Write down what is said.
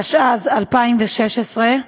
התשע"ז 2016,